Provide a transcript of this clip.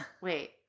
Wait